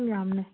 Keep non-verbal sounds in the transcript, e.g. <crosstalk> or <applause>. <unintelligible>